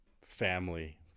family